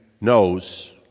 knows